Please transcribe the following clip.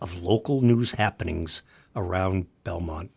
of local news happenings around belmont